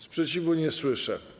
Sprzeciwu nie słyszę.